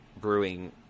brewing